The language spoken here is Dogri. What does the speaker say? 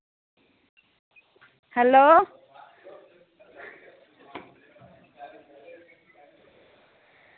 हैलो